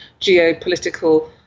geopolitical